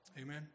amen